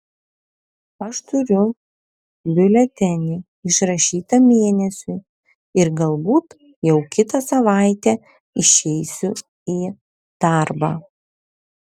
aš turiu biuletenį išrašytą mėnesiui ir galbūt jau kitą savaitę išeisiu į darbą